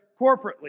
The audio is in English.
corporately